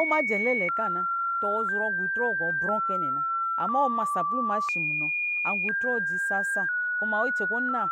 ɔmajɛ ncɛlɛ tɔ wɔ zɔrɔ gɔ itrɔ wɔ gɔɔ brɔ kɛnɛ na ama nkɔ ɔma sapluu ma shi munɔ angɔ itrɔ wɔ gru sasa kuma ice kɔ ɔna.